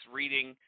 reading